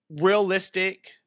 realistic